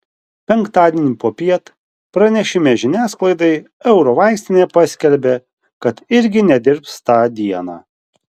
penktadienį popiet pranešime žiniasklaidai eurovaistinė paskelbė kad irgi nedirbs tą dieną